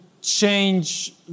change